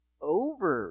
Over